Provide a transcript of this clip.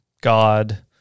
God